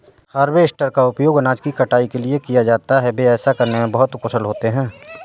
harvester का उपयोग अनाज की कटाई के लिए किया जाता है, वे ऐसा करने में बहुत कुशल होते हैं